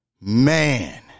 Man